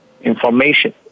information